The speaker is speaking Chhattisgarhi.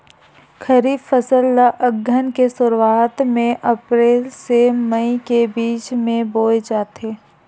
खरीफ फसल ला अघ्घन के शुरुआत में, अप्रेल से मई के बिच में बोए जाथे